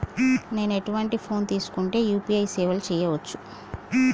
నేను ఎటువంటి ఫోన్ తీసుకుంటే యూ.పీ.ఐ సేవలు చేయవచ్చు?